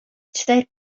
that